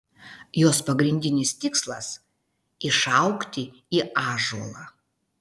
jos pagrindinis tikslas išaugti į ąžuolą